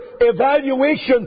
evaluation